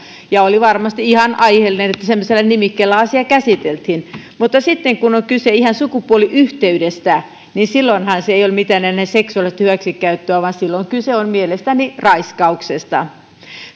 ja oli varmasti ihan aiheellista että semmoisella nimikkeellä asia käsiteltiin mutta sitten kun on kyse ihan sukupuoliyhteydestä niin silloinhan se ei ole enää mitään seksuaalista hyväksikäyttöä vaan silloin kyse on mielestäni raiskauksesta